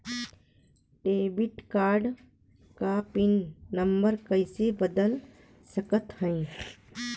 Debit card क pin number कइसे बदल सकत हई?